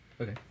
Okay